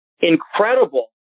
incredible